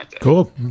Cool